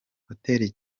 hoteli